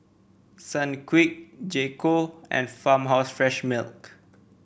Sunquick J Co and Farmhouse Fresh Milk